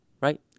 right